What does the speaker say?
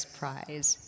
prize